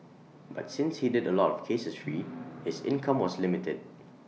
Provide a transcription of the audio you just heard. but since he did A lot of cases free his income was limited